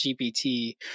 GPT